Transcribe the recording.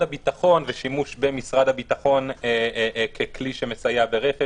הביטחון ושימוש במשרד הביטחון ככלי שמסייע ברכש,